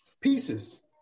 pieces